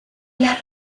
las